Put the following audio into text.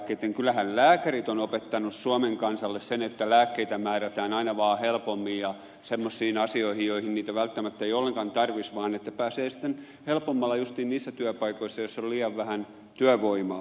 kyllähän lääkärit ovat opettaneet suomen kansalle sen että lääkkeitä määrätään aina vaan helpommin ja semmoisiin asioihin joihin niitä ei välttämättä ollenkaan tarvitsisi vaan pääsee sitten helpommalla justiin niissä työpaikoissa joissa on liian vähän työvoimaa